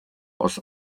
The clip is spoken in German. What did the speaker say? aus